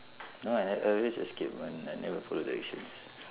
no I I always escape [one] I never follow directions